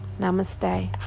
Namaste